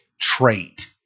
trait